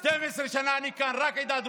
יש לך, גם לנו יש זכות, העדה הדרוזית.